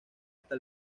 hasta